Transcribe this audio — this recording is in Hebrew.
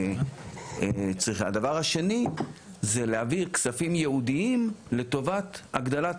הדבר השני זה להביא כספים ייעודיים לטובת הגדלת